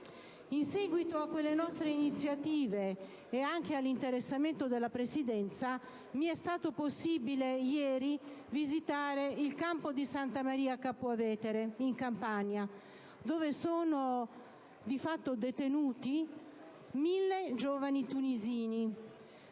In seguito a quelle nostre iniziative, e anche all'interessamento della Presidenza, mi è stato possibile visitare ieri il centro di accoglienza di Santa Maria Capua Vetere, in Campania, dove sono di fatto detenuti 1.000 giovani tunisini.